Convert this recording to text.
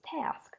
task